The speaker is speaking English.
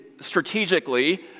strategically